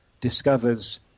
discovers